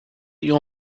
your